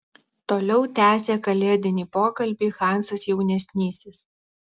toliau tęsė kalėdinį pokalbį hansas jaunesnysis